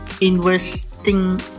investing